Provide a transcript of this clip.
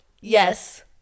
Yes